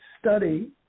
study